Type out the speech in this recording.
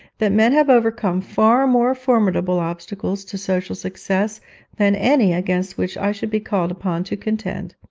that men have overcome far more formidable obstacles to social success than any against which i should be called upon to contend.